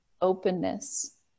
openness